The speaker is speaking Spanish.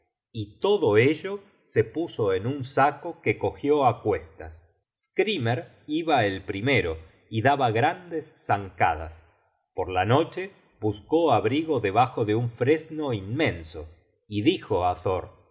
y todo ello se puso en un saco que cogió á cuestas skrymer iba el primero y daba grandes zancadas por la noche buscó abrigo debajo de un fresno inmenso y dijo á thor